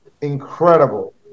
incredible